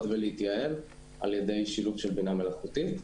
ולהתייעל על-ידי שילוב של בינה מלאכותית.